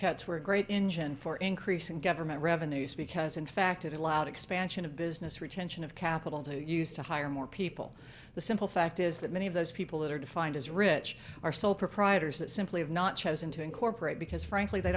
cuts were a great engine for increasing government revenues because in fact it allowed expansion of business retention of capital to use to hire more people the simple fact is that many of those people that are defined as rich are sole proprietors that simply have not chosen to incorporate because frankly they